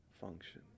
function